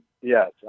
Yes